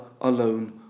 alone